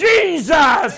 Jesus